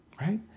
right